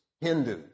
Hindus